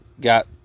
got